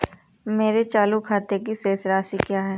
मेरे चालू खाते की शेष राशि क्या है?